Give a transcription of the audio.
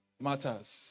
matters